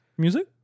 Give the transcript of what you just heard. Music